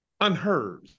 unheard